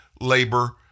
labor